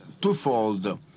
twofold